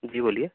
جی بولیے